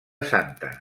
santa